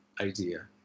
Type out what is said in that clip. idea